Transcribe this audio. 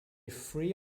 free